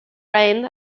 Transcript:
rind